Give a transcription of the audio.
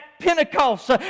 Pentecost